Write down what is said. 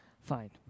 Fine